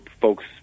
folks